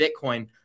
Bitcoin